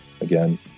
again